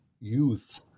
youth